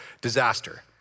disaster